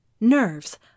Nerves